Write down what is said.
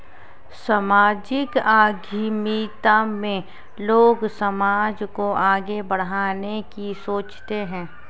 सामाजिक उद्यमिता में लोग समाज को आगे बढ़ाने की सोचते हैं